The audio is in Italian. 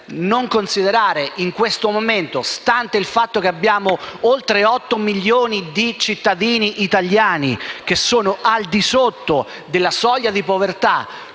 sinceramente in questo momento, stante il fatto che oltre 8 milioni di cittadini italiani vivono al di sotto della soglia di povertà,